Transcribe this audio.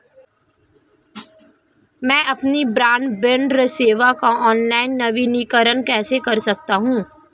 मैं अपनी ब्रॉडबैंड सेवा का ऑनलाइन नवीनीकरण कैसे कर सकता हूं?